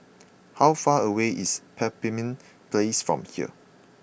how far away is Pemimpin Place from here